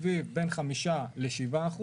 בין 5 ל 7%,